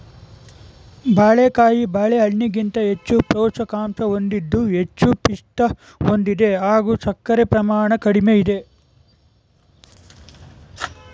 ಬಾಳೆಕಾಯಿ ಬಾಳೆಹಣ್ಣಿಗಿಂತ ಹೆಚ್ಚು ಪೋಷಕಾಂಶ ಹೊಂದಿದ್ದು ಹೆಚ್ಚು ಪಿಷ್ಟ ಹೊಂದಿದೆ ಹಾಗೂ ಸಕ್ಕರೆ ಪ್ರಮಾಣ ಕಡಿಮೆ ಇದೆ